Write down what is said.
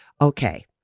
Okay